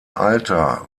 alter